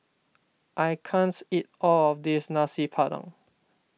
I can't eat all of this Nasi Padang